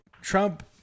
Trump